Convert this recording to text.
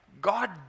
God